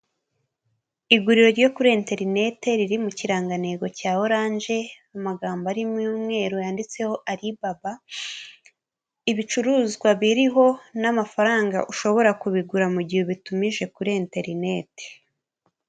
Iguriro ryo kuri interineti riri mu kirangantego cya oranje, amagambo ari mu umwe yanditseho alibaba, ibicuruzwa biriho n'amafaranga ushobora kubigura mu mu gihe ubitumije kuri interineti.